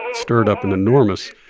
um stirred up an enormous